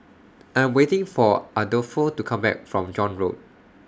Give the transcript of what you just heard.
I'm waiting For Adolfo to Come Back from John Road